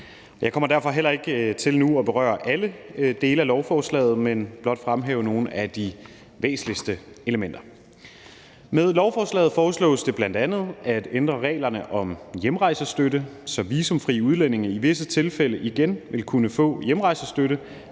Jeg kommer derfor heller ikke til nu at berøre alle dele af lovforslaget, men vil blot fremhæve nogle af de væsentligste elementer. Med lovforslaget foreslås det bl.a. at ændre reglerne om hjemrejsestøtte, så visumfri udlændinge i visse tilfælde igen vil kunne få hjemrejsestøtte,